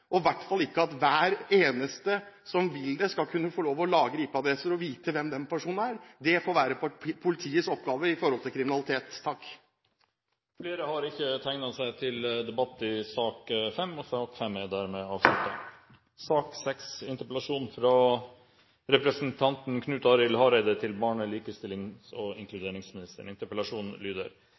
og i hvert fall av at ikke hver eneste som vil det, skal kunne få lov til å lagre IP-adresser og vite hvem personen er. Det får være politiets oppgave i forhold til kriminalitet. Flere har ikke bedt om ordet til sak nr. 5. Eg trur det er